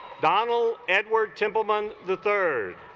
donnell edward timpleman the third